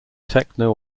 techno